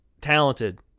talented